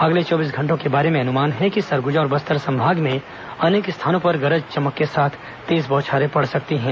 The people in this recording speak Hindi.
अगले चौबीस घंटों के बारे में अनुमान है कि सरगुजा और बस्तर संभाग में अनेक स्थानों पर गरज चमक के साथ तेज बौछारें पड़ सकती है